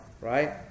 right